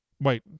Wait